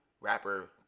rapper